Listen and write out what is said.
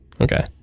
Okay